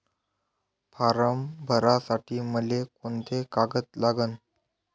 Form भरासाठी मले कोंते कागद लागन?